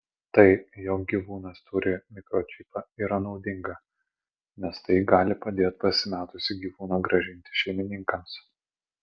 tai jog gyvūnas turi mikročipą yra naudinga nes tai gali padėt pasimetusį gyvūną grąžinti šeimininkams